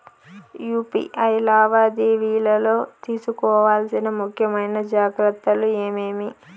UPI లావాదేవీలలో తీసుకోవాల్సిన ముఖ్యమైన జాగ్రత్తలు ఏమేమీ?